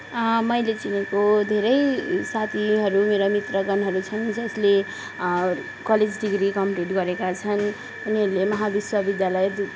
मैले चिनेको धेरै साथीहरू मेरा मित्रगणहरू छन् जसले कलेज डिग्री कमप्लिट गरेका छन् उनीहरूले महाविश्वविद्यालय